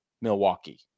Milwaukee